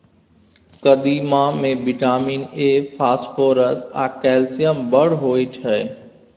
कदीमा मे vitamin A, phosphorus आ कैल्शियम बड़ होइ छै